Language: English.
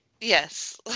Yes